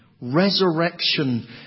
resurrection